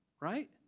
right